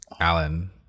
Alan